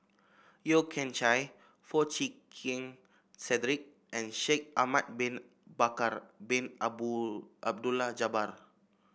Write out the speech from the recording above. Yeo Kian Chye Foo Chee Keng Cedric and Shaikh Ahmad Bin Bakar Bin Abdullah Jabbar